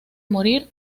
morir